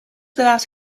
without